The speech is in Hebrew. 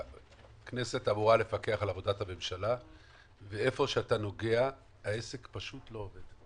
שהכנסת אמורה לפקח על עבודת הממשלה והיכן שאתה נוגע העסק פשוט לא עובד.